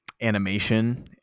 animation